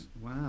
Wow